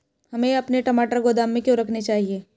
हमें अपने टमाटर गोदाम में क्यों रखने चाहिए?